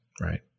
right